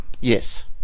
Yes